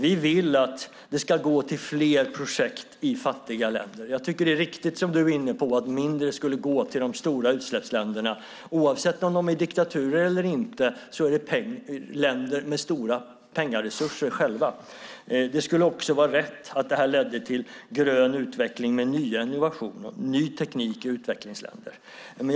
Vi vill att det ska gå till fler projekt i fattiga länder. Det är riktigt som du är inne på att mindre skulle gå till de stora utsläppsländerna. Oavsett om de är diktaturer eller inte är det länder som själva har stora pengaresurser. Det skulle också vara rätt att det ledde till grön utveckling med nya innovationer och ny teknik i utvecklingsländerna.